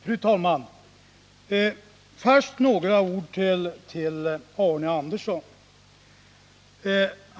Fru talman! Först några ord till Arne Andersson i Ljung.